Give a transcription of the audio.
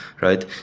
right